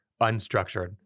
unstructured